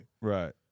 Right